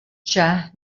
ĉar